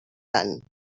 tant